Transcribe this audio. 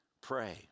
pray